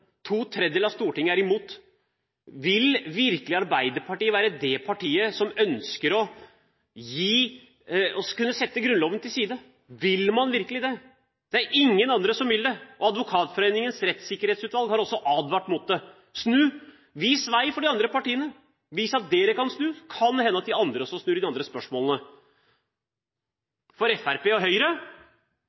To tredjedeler av Stortinget er imot. Vil virkelig Arbeiderpartiet være det partiet som ønsker å kunne sette Grunnloven til side? Vil man virkelig det? Det er ingen andre som vil det, og Advokatforeningens rettssikkerhetsutvalg har også advart mot det. Snu! Vis vei for de andre partiene! Vis at dere kan snu, så kan det hende at de andre også snur i de andre spørsmålene. Til Fremskrittspartiet og Høyre: